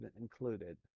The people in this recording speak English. included